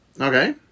okay